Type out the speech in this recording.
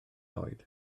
oed